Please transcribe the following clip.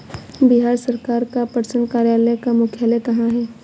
बिहार सरकार का पटसन कार्यालय का मुख्यालय कहाँ है?